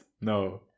No